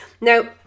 Now